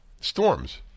storms